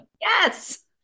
Yes